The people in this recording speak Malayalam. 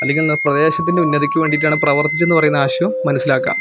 അല്ലെങ്കില് ന് പ്രദേശത്തിന്റെ ഉന്നതിക്ക് വേണ്ടിയിട്ടാണ് പ്രവര്ത്തിച്ചതെന്ന് പറയുന്ന ആശയവും മനസ്സിലാക്കാം